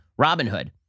Robinhood